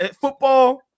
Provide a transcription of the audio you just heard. football